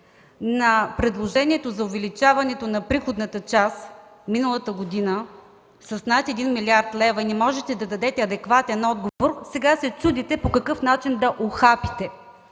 на предложението за увеличаването на приходната част миналата година с над 1 млрд. лв. и не можете да дадете адекватен отговор, сега се чудите по какъв начин да ухапете.